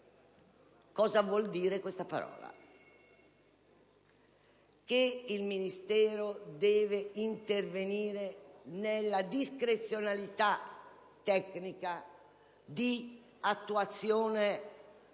Cosa vuol dire? Significa che il Ministero deve intervenire nella discrezionalità tecnica di attuazione degli